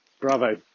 bravo